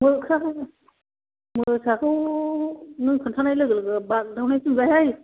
मोख्राफोर मोसाखौ नों खोन्थानाय लोगो लोगो बाग्दावनायसो मोनबायहाय